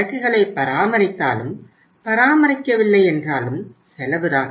சரக்குகளை பராமரித்தாலும் பராமரிக்கவில்லை என்றாலும் செலவு தான்